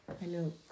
hello